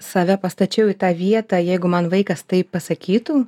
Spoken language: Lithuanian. save pastačiau į tą vietą jeigu man vaikas taip pasakytų